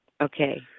Okay